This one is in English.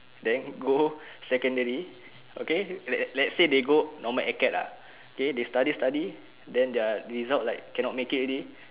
then go secondary okay let's let's say they go normal acad lah okay they study study then their result like cannot make it already